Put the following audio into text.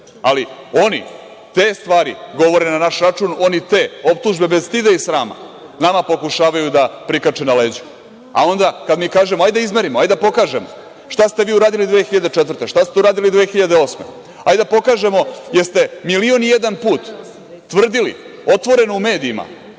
ali oni te stvari govore na naš račun, oni te optužbe bez stida i srama nama pokušavaju da prikače na leđa, a onda kad mi kažemo - hajde da izmerimo, hajde da pokažemo šta ste vi uradili 2004, šta ste uradili 2008. godine, hajde da pokažemo jeste milion i jedan put tvrdili otvoreno u medijima